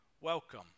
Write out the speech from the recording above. Welcome